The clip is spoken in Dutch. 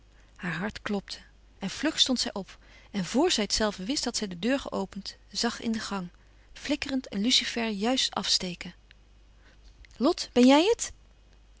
haar hart klopte en vlug stond zij op en vor zij het zelve wist had zij de deur geopend zag in de gang flikkerend een lucifer juist afsteken lot ben jij het